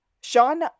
Sean